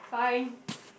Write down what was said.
fine